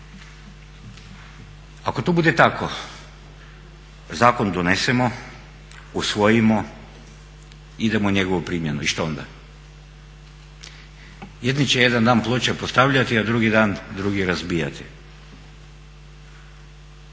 Ako to bude tako zakon donesemo, usvojimo, idemo u njegovu primjenu i što onda? Jedni će jedan dan ploče postavljati, a drugi dan drugi razbijati.